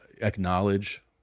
acknowledge